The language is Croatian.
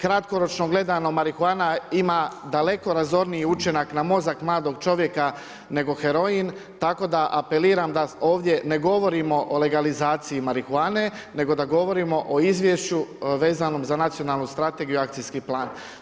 Kratkoročno gledano, marihuana ima daleko razorniji učinak na mozak mladog čovjeka nego heroin, tako da apeliram da ovdje ne govorimo o legalizaciji marihuane, nego da govorimo o izvješću vezanom za nacionalnu strategiju i akcijski plan.